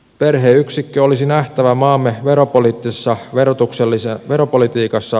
perheyksikkö olisi nähtävä maamme veropolitiikassa verotuksellisena kokonaisuutena